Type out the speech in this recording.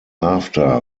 after